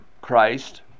Christ